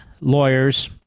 lawyers